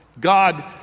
God